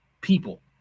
people